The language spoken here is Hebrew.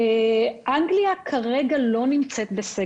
למיטב ידיעתי אנגליה לא נמצאת כרגע בסגר.